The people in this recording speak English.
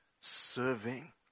serving